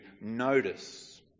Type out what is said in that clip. notice